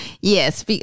yes